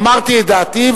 אמרתי את דעתי,